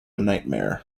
nightmare